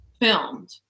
filmed